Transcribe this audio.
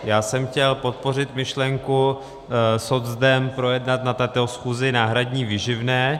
Já jsem chtěl podpořit myšlenku socdem projednat na této schůzi náhradní výživné.